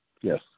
Yes